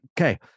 okay